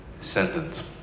sentence